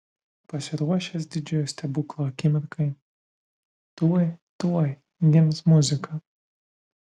pasiruošęs didžiojo stebuklo akimirkai tuoj tuoj gims muzika